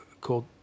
called